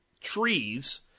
trees